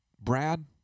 Brad